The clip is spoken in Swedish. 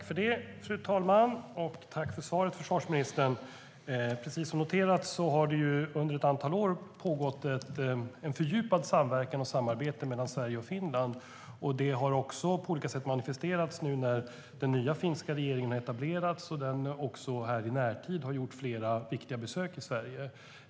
Fru talman! Jag tackar försvarsministern för svaret. Precis som noterats har det under ett antal år pågått en fördjupad samverkan och ett fördjupat samarbete mellan Sverige och Finland. Det har på olika sätt manifesterats när den nya finska regeringen har etablerats och i närtid gjort flera viktiga besök i Sverige.